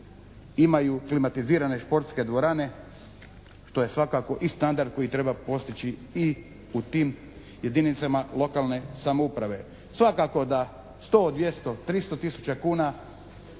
imaju klimatizirane športske dvorane, što je svakako i standard koji treba postići i u tim jedinicama lokalne samouprave. Svakako da sto, dvjesto, tristo tisuća kuna